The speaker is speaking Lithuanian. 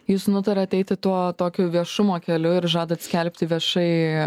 jūs nutarėt eiti tuo tokio viešumo keliu ir žada skelbti viešai